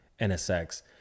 nsx